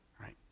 right